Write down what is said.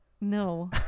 No